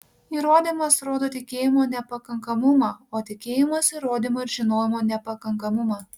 įrodymas rodo tikėjimo nepakankamumą o tikėjimas įrodymo ir žinojimo nepakankamumą